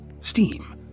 Steam